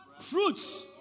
fruits